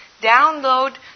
Download